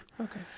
Okay